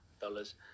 dollars